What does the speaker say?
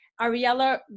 Ariella